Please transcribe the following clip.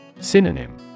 Synonym